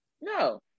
No